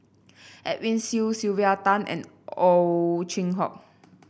Edwin Siew Sylvia Tan and Ow Chin Hock